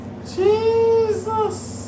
Jesus